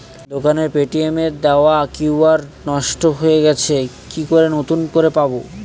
দোকানের পেটিএম এর দেওয়া কিউ.আর নষ্ট হয়ে গেছে কি করে নতুন করে পাবো?